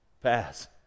pass